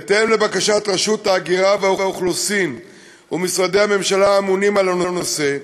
בהתאם לבקשת רשות ההגירה והאוכלוסין ומשרדי הממשלה האמונים על הנושא,